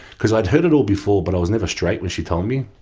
because i'd heard it all before but i was never straight when she told me.